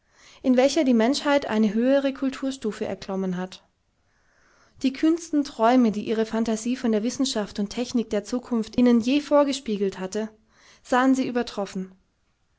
in welcher die menschheit eine höhere kulturstufe erklommen hat die kühnsten träume die ihre phantasie von der wissenschaft und technik der zukunft ihnen je vorgespiegelt hatte sahen sie übertroffen